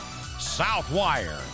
Southwire